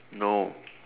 no